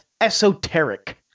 esoteric